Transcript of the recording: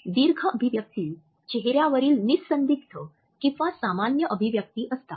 दीर्घ अभिव्यक्तीं चेहर्यावरील निःसंदिग्ध किंवा सामान्य अभिव्यक्तीं असतात